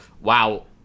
wow